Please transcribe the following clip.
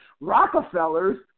Rockefellers